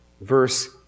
verse